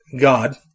God